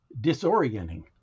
disorienting